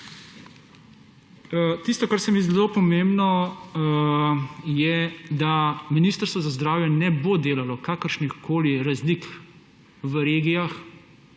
Tisto, kar se mi zdi pomembno, je, da Ministrstvo za zdravje ne bo delalo kakršnihkoli razlik v regijah.